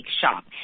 shop